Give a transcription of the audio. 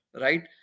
right